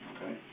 Okay